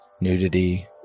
nudity